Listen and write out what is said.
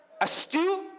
Astute